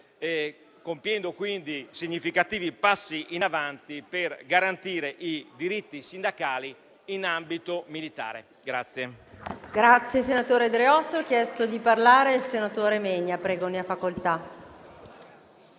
compiendo quindi significativi passi in avanti per garantire i diritti sindacali in ambito militare.